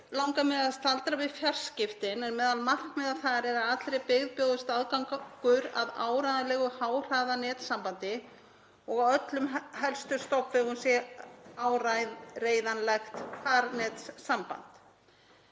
langar mig að staldra við fjarskiptin en meðal markmiða þar er að allri byggð bjóðist aðgangur að áreiðanlegu háhraðanetsambandi og að á öllum helstu stofnvegum sé áreiðanlegt farnetssamband.